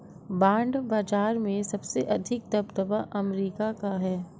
bond बाजार में सबसे अधिक दबदबा अमेरिका का है